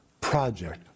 project